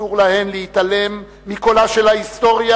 אסור להן להתעלם מקולה של ההיסטוריה